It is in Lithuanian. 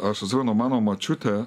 aš atsimenu mano močiutė